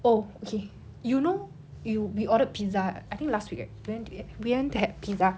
oh okay you know you we ordered pizza I think last week right we went to get we went to had pizza